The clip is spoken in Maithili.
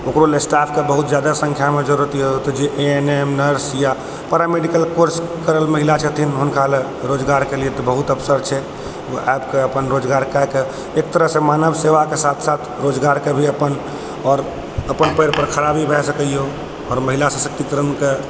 ओकरोलए स्टाफके बहुत ज्यादा संख्यामे जरूरत अइ ए एन एम नर्स या पैरा मेडिकल कोर्स करल महिला छथिन हुनकालए रोजगारके लिए बहुत अवसर छै ओ आबिकऽ अपन रोजगार कऽ कऽ एकतरहसँ मानव सेवाक साथ साथ रोजगारके भी अपन आओर अपन पाएरपर खड़ा भी भऽ सकैए आओर महिला सशक्तिकरणके